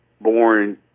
born